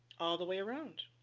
all the way around.